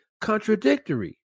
contradictory